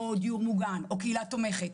בדיור מוגן או קהילה תומכת,